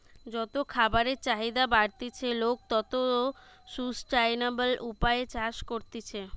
যত খাবারের চাহিদা বাড়তিছে, লোক তত সুস্টাইনাবল উপায়ে চাষ করতিছে